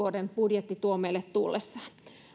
vuoden budjetti tuo meille tullessaan